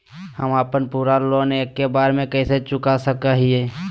हम अपन पूरा लोन एके बार में कैसे चुका सकई हियई?